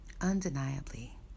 Undeniably